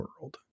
world